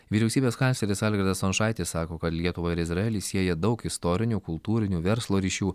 vyriausybės kancleris algirdas stončaitis sako kad lietuvą ir izraelį sieja daug istorinių kultūrinių verslo ryšių